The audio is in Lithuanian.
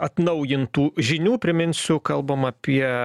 atnaujintų žinių priminsiu kalbam apie